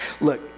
look